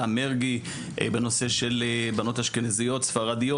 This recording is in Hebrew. מרגי בנושא של בנות אשכנזיות-ספרדיות,